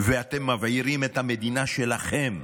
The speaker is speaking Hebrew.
ואתם מבעירים את המדינה שלכם,